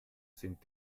sind